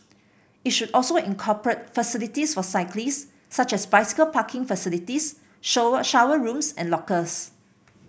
it should also incorporate facilities for cyclists such as bicycle parking facilities shower rooms and lockers